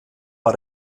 war